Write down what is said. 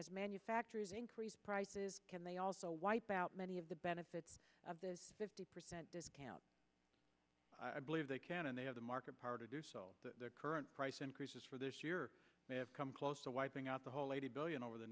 as manufacturers increase prices can they also wipe out many of the benefits of the fifty percent i believe they can and they have the market part of their current price increases for this year they have come close to wiping out the whole eighty billion over the